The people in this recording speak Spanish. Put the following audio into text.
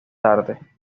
tarde